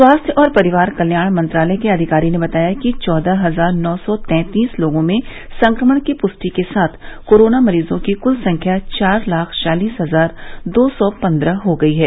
स्वास्थ्य और परिवार कल्याण मंत्रालय के अधिकारी ने बताया कि चौदह हजार नौ सौ तैंतीस लोगों में संक्रमण की पुष्टि के साथ कोरोना मरीजों की कुल संख्या चार लाख चालीस हजार दो सौ पन्द्रह हो गई है